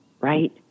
right